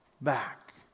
back